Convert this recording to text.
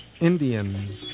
Indians